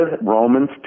Romans